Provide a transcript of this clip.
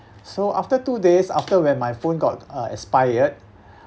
so after two days after when my phone got uh expired